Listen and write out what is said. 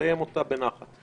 נסיים אותה בנחת.